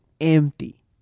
empty